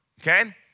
okay